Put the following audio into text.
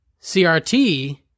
CRT